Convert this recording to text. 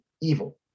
evil